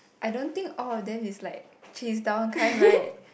I don't think all of them is like kiss down kind [right]